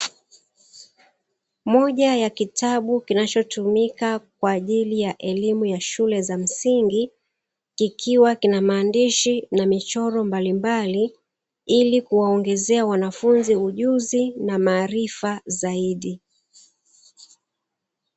Moja ya kitabu kitabu kinachotumika kwa ajili ya elimu ya shule za msingi, kikiwa kina maandishi na michoro mbalimbali, ili kuwaongezea wanafunzi ujuzi na maarifa zaidi.